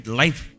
life